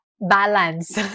balance